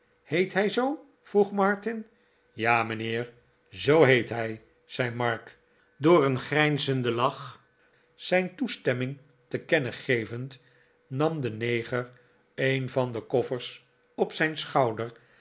heet hij zoo vroeg martin ja mijnheer zoo heet hij zei mark door een grijnzenden lach zijn toestemin een amerikaansch gezin ming te kennen gevend nam de neger een van de koffers op zijn schouder